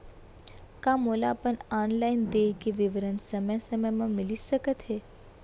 का मोला अपन ऑनलाइन देय के विवरण समय समय म मिलिस सकत हे?